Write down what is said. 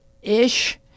ish